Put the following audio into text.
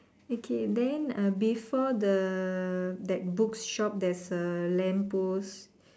okay then uh before the that book shop there's a lamp post